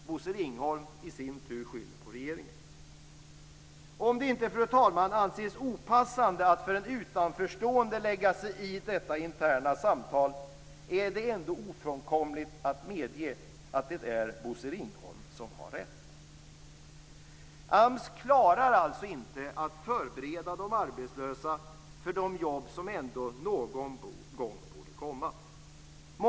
Bosse Ringholm skyller i sin tur på regeringen. Om det inte, fru talman, anses opassande att för en utanförstående lägga sig i detta interna samtal vill jag säga att det ändå är ofrånkomligt att medge att Bosse Ringholm har rätt. AMS klarar alltså inte att förbereda de arbetslösa för de jobb som ändå någon gång borde komma.